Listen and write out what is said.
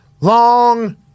long